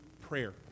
prayer